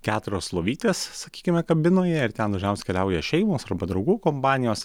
keturios lovytės sakykime kabinoje ir ten dažniausiai keliauja šeimos arba draugų kompanijos